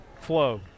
flow